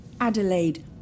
Adelaide